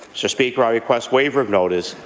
so speaker, i request waiver of notice,